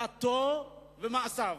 דתו ומעשיו.